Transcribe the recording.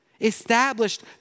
established